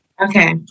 Okay